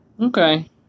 Okay